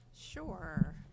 Sure